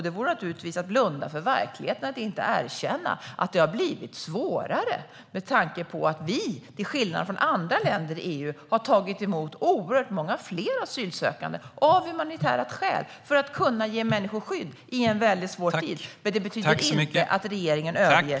Det vore naturligtvis att blunda för verkligheten att inte erkänna att det har blivit svårare med tanke på att vi, till skillnad från andra länder i EU, har tagit emot oerhört många fler asylsökande. Det har vi gjort av humanitära skäl, för att ge människor skydd i en mycket svår tid. Det betyder inte att regeringen överger sitt mål.